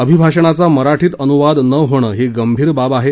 अभिभाषणाचा मराठीत अनुवाद न होणं ही गंभीर बाब आहे